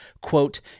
quote